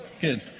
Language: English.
good